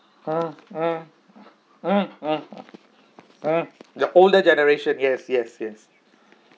mm mm mm mm mm the older generation yes yes yes